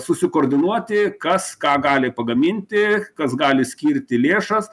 susikoordinuoti kas ką gali pagaminti kas gali skirti lėšas